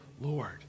Lord